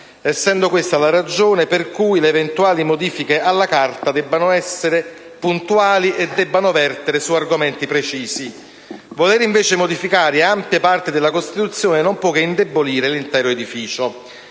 essendo questa la ragione per cui le eventuali modifiche alla Carta debbono essere puntuali e debbono vertere su argomenti precisi. Il fatto di voler modificare ampia parte della Costituzione non può che indebolire l'intero edificio.